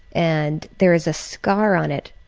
and there is a scar on it,